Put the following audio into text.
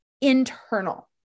internal